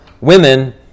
women